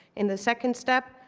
in the second step,